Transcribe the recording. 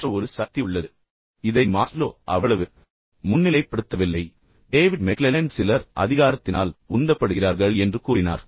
மற்ற ஒரு சக்தி உள்ளது எனவே இதை மாஸ்லோ அவ்வளவு முன்னிலைப்படுத்தவில்லை ஆனால் பின்னர் டேவிட் மெக்லெலேண்ட் சிலர் அதிகாரத்தினால் உந்தப்படுகிறார்கள் என்று கூறினார்